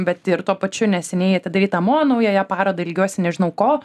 bet ir tuo pačiu neseniai atidarytą mo naująją parodą ilgiuosi nežinau ko